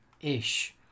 ish